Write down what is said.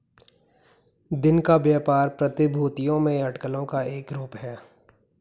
दिन का व्यापार प्रतिभूतियों में अटकलों का एक रूप है